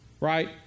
right